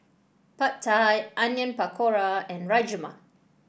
Pad Thai Onion Pakora and Rajma